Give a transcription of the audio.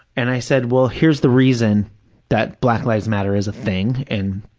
and i said, well, here's the reason that black lives matter is a thing and,